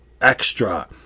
extra